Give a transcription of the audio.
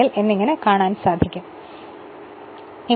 എന്തുകൊണ്ടെന്നാൽ നമ്മൾ അടിസ്ഥാനപരമായ കാര്യങ്ങൾ മാത്രമേ നോക്കുന്നുള്ളു